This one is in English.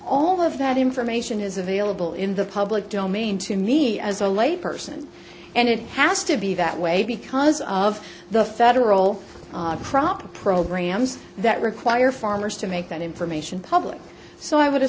all of that information is available in the public domain to me as a lay person and it has to be that way because of the federal crop programs that require farmers to make that information public so i would